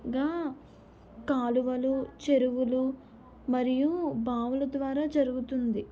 గా కాలువలు చెరువులు మరియు బావుల ద్వారా జరుగుతుంది